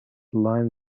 lyme